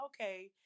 okay